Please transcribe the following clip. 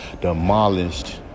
demolished